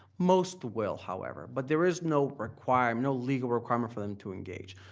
most will, however. but there is no requirement, no legal requirement for them to engage.